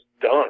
done